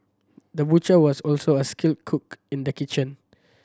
the butcher was also a skilled cook in the kitchen